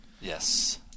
Yes